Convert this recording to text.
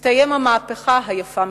תסתיים המהפכה היפה מכולן.